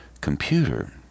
computer